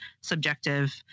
subjective